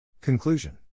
Conclusion